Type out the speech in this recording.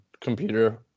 computer